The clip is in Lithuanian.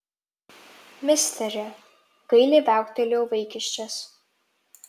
misteri gailiai viauktelėjo vaikiščias